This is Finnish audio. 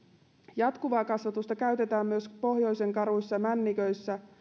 jatkuvaa kasvatusta käytetään myös pohjoisen karuissa männiköissä